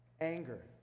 Anger